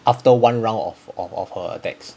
after one round of of of her attacks